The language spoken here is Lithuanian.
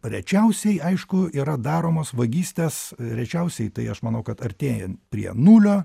rečiausiai aišku yra daromos vagystės rečiausiai tai aš manau kad artėjant prie nulio